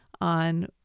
on